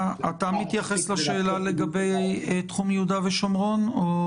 הארכה של הוראת השעה היא